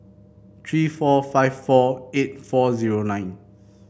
three four five four eight four zero nine